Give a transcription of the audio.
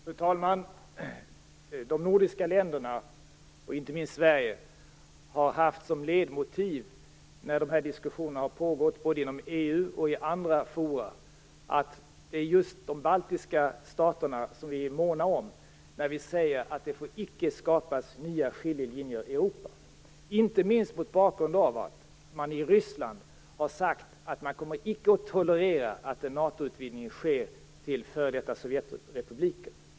Fru talman! De nordiska länderna, inte minst Sverige, har när de här diskussionerna har pågått både inom EU och i andra forum haft som ledmotiv att vi är måna just om de baltiska staterna. Vi säger att det icke får skapas nya skiljelinjer i Europa, inte minst mot bakgrund av att man i Ryssland har sagt att man icke kommer att tolerera en NATO-utvidgning som innefattar f.d. Sovjetrepubliker.